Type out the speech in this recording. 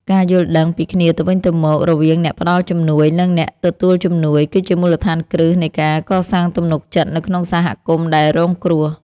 ការយល់ដឹងពីគ្នាទៅវិញទៅមករវាងអ្នកផ្តល់ជំនួយ និងអ្នកទទួលជំនួយ គឺជាមូលដ្ឋានគ្រឹះនៃការកសាងទំនុកចិត្តនៅក្នុងសហគមន៍ដែលរងគ្រោះ។